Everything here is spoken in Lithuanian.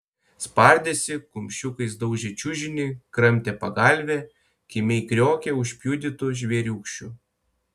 spardėsi kumščiukais daužė čiužinį kramtė pagalvę kimiai kriokė užpjudytu žvėriūkščiu